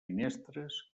finestres